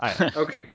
Okay